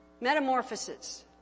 Metamorphosis